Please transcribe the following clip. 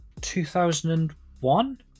2001